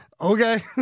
Okay